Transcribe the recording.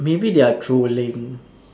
maybe they are trolling